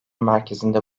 merkezinde